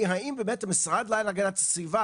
היא האם באמת המשרד להגנת הסביבה,